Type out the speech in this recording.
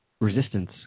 resistance